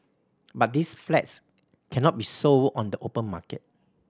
but these flats cannot be sold on the open market